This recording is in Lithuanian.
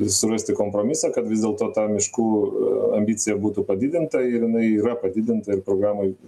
surasti kompromisą kad vis dėlto ta miškų ambicija būtų padidinta ir jinai yra padidinta ir programoj